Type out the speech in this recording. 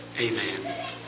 amen